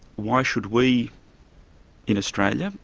why should we in australia,